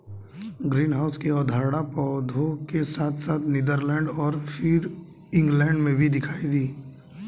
greenhouse की अवधारणा पौधों के साथ साथ नीदरलैंड और फिर इंग्लैंड में भी दिखाई दी